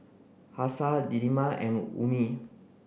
Hafsa Delima and Ummi